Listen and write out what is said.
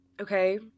Okay